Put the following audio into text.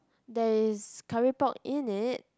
there is curry pok in it